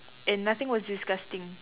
and nothing was disgusting